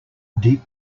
deep